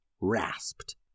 rasped